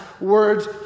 words